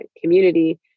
community